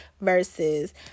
versus